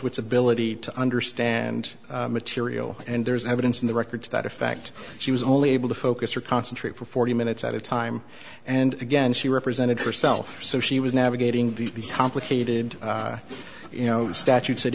which ability to understand material and there's evidence in the records that a fact she was only able to focus or concentrate for forty minutes at a time and again she represented herself so she was navigating the complicated you know statutes that